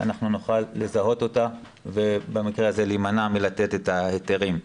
אנחנו נוכל לזהות אותה ובמקרה הזה להימנע מלתת את ההיתרים.